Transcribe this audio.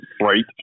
Right